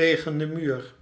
tegen den muur